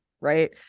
right